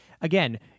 again